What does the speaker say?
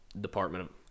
department